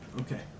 Okay